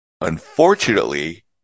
Unfortunately